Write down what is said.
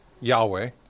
Yahweh